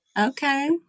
Okay